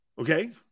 okay